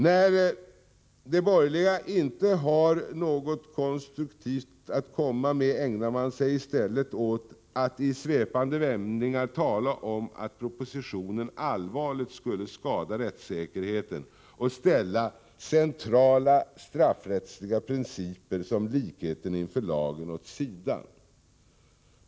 När de borgerliga inte har något konstruktivt att komma med ägnar de sig i stället åt att i svepande vändningar tala om att propositionen allvarligt skulle skada rättssäkerheten och ställa centrala straffrättsliga principer som likheten inför lagen åt sidan.